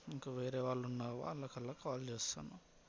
ఇంక వేరే వాళ్ళు ఉన్నారు వాళ్ళ కల్లా కాల్ చేస్తాను